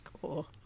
Cool